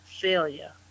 failure